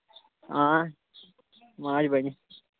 آ ماچھِ بَنہِ